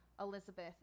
elizabeth